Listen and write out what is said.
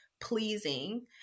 pleasing